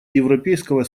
европейского